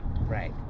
Right